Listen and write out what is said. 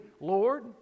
Lord